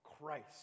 Christ